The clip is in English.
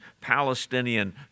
Palestinian